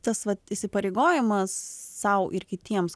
tas vat įsipareigojimas sau ir kitiems